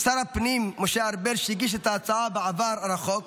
שר הפנים משה ארבל, שהגיש את ההצעה בעבר הרחוק,